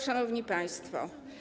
Szanowni Państwo!